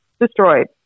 Destroyed